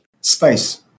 Space